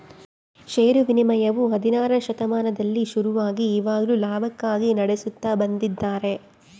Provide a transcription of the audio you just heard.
ಷೇರು ವಿನಿಮಯವು ಹದಿನಾರನೆ ಶತಮಾನದಲ್ಲಿ ಶುರುವಾಗಿ ಇವಾಗ್ಲೂ ಲಾಭಕ್ಕಾಗಿ ನಡೆಸುತ್ತ ಬಂದಿದ್ದಾರೆ